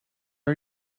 are